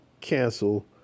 cancel